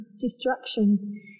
destruction